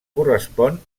correspon